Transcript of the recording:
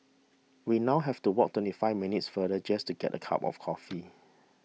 we now have to walk twenty five minutes farther just to get a cup of coffee